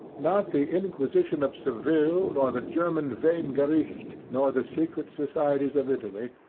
not the inquisition of seville, nor the german vehm-gericht, nor the secret societies of italy,